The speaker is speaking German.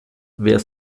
wer